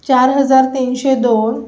चार हजार तीनशे दोन